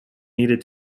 needed